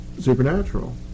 supernatural